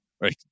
right